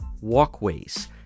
walkways